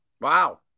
Wow